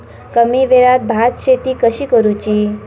कमी वेळात भात शेती कशी करुची?